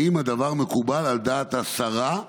האם הדבר מקובל על דעת השרה,